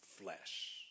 flesh